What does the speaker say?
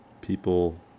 people